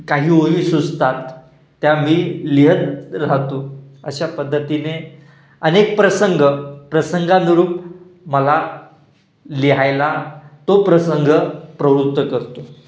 काही ओळी सुचतात त्या मी लिहित राहतो अशा पद्धतीने अनेक प्रसंग प्रसंगानुरूप मला लिहायला तो प्रसंग प्रवृत्त करतो